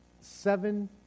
seven